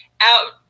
out